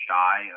Shy